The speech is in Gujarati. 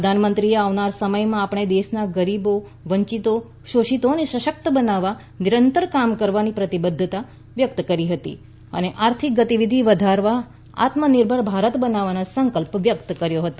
પ્રધાનમંત્રીએ આવનારા સમયમાં આપણે દેશના ગરીબો વંચિતો શોષિતોને સશક્ત બનાવવા નિરંતર કામ કરવાની પ્રતિબધ્ધતા વ્યકત કરી હતીઅને આર્થિક ગતિવિધિ વધારવા આત્મનિર્ભર ભારત બનાવવા સંકલ્પ વ્યકત કર્યો હતો